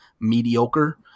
mediocre